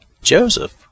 Joseph